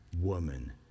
woman